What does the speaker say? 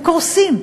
קורסים.